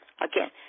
Again